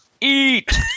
eat